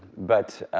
but